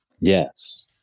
Yes